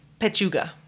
Pechuga